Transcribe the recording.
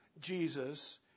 Jesus